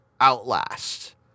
Outlast